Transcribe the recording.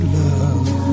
love